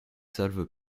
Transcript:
salve